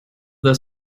the